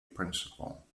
principle